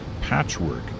patchwork